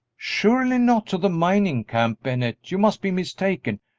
surely not to the mining camp, bennett you must be mistaken.